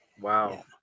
wow